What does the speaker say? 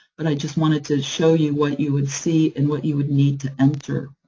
but i just wanted to show you what you would see, and what you would need to enter.